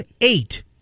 eight